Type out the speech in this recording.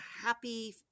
happy